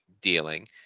dealing